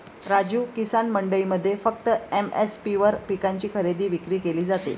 राजू, किसान मंडईमध्ये फक्त एम.एस.पी वर पिकांची खरेदी विक्री केली जाते